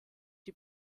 die